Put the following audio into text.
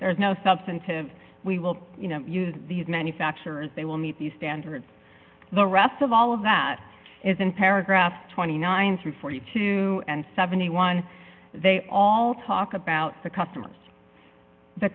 there's no substantive we will use these manufacturers they will meet the standards the rest of all of that is in paragraph twenty nine through forty two and seventy one they all talk about the customers the